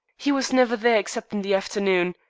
he was never there except in the afternoon.